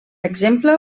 exemple